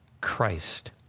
Christ